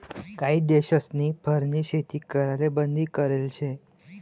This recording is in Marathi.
काही देशस्नी फरनी शेती कराले बंदी करेल शे